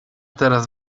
teraz